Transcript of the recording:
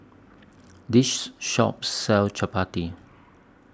This Shop sells Chapati